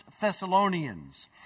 Thessalonians